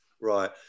Right